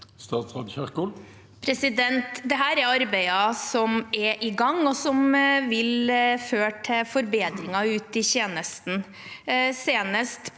Dette er arbei- der som er i gang, og som vil føre til forbedringer ute i tjenesten.